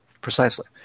precisely